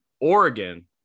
Oregon